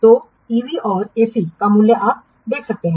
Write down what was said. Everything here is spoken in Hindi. तो ईवी और एसी का मूल्य आप क्या देख सकते हैं